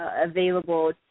available